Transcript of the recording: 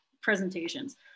presentations